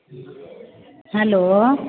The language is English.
hello